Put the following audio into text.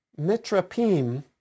mitrapim